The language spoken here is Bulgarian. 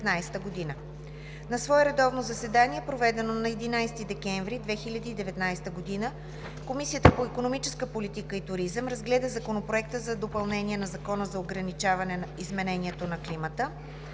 На свое редовно заседание, проведено на 11 декември 2019 г., Комисията по икономическа политика и туризъм разгледа Законопроекта за допълнение на Закона за ограничаване изменението на климата.